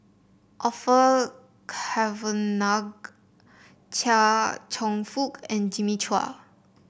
Orfeur Cavenagh Chia Cheong Fook and Jimmy Chua